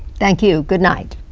thank you. good night.